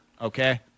okay